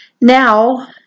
Now